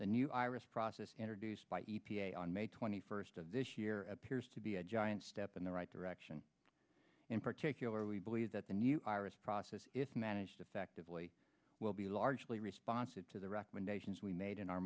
the new iris process introduced by e p a on may twenty first of this year appears to be a giant step in the right direction in particular we believe that the new iris process if managed effectively will be largely responsive to the recommendations we made in our